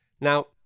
now